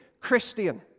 Christian